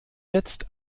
jetzt